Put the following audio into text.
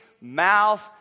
mouth